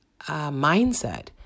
mindset